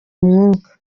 umwuka